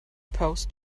post